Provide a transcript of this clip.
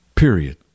period